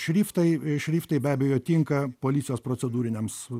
šriftai e šriftai be abejo tinka policijos procedūriniams